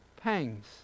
pangs